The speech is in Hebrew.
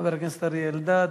חבר הכנסת אריה אלדד.